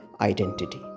identity